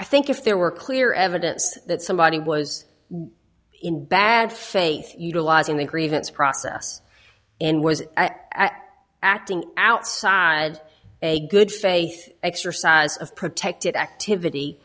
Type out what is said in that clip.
i think if there were clear evidence that somebody was in bad faith utilizing the grievance process and was acting outside a good faith exercise of protected activity